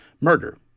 murder